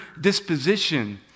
disposition